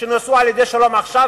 שנוסחו על-ידי "שלום עכשיו",